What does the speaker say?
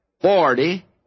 forty